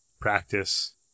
practice